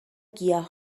گیاه